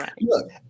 Look